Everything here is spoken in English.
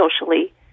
socially